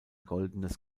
goldenes